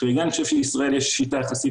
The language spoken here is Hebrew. אני שבישראל יש שיטה טובה יחסית,